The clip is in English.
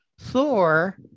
Thor